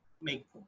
make